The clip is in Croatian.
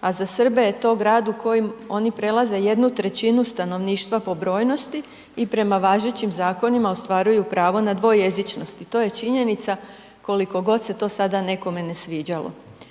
a za Srbe je to grad u kojem oni prelaze 1/3 stanovništva po brojnosti i prema važećim zakonima ostvaruju pravo na dvojezičnost. I to je činjenica koliko god se to nekome ne sviđalo.